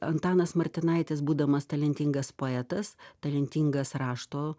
antanas martinaitis būdamas talentingas poetas talentingas rašto